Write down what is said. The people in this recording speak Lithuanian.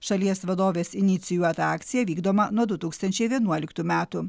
šalies vadovės inicijuota akcija vykdoma nuo du tūkstančiai vienuoliktų metų